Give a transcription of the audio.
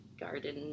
garden